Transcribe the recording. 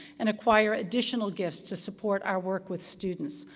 and acquire additional gifts to support our work with students.